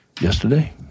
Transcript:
yesterday